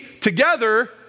together